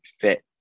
fit